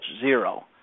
Zero